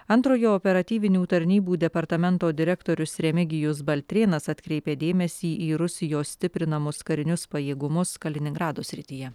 antrojo operatyvinių tarnybų departamento direktorius remigijus baltrėnas atkreipia dėmesį į rusijos stiprinamus karinius pajėgumus kaliningrado srityje